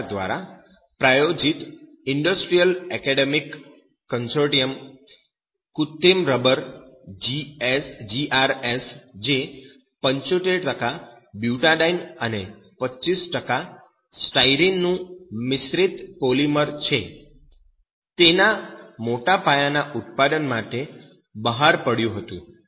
સરકાર દ્વારા પ્રાયોજિત ઈન્ડસ્ટ્રીયલ એકેડમિક કન્સોર્ટિયમ કૃત્રિમ રબર GR S જે 75 બ્યુટાડાઈન અને 25 સ્ટાયરીન નું મિશ્રિત પોલીમર છે તેના મોટા પાયાના ઉત્પાદન માટે બહાર પડ્યું હતું